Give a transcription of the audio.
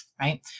right